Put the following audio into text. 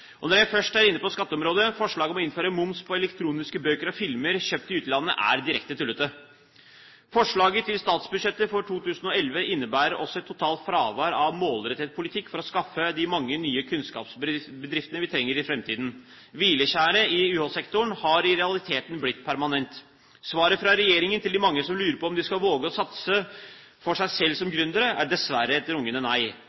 Når jeg først er inne på skatteområdet: Forslaget om å innføre moms på elektroniske bøker og filmer kjøpt i utlandet er direkte tullete. Forslaget til statsbudsjett for 2011 innebærer også et totalt fravær av målrettet politikk for å skaffe de mange nye kunnskapsbedriftene vi trenger i framtiden. Hvileskjæret i UH-sektoren har i realiteten blitt permanent. Svaret fra regjeringen til de mange som lurer på om de skal våge å satse for seg selv som gründere, er dessverre et rungende nei.